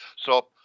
So-